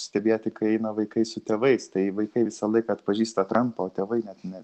stebėti kai eina vaikai su tėvais tai vaikai visą laiką atpažįsta trampo tėvai net ne